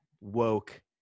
woke